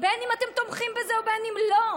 בין שאתם תומכים בזה ובין שלא,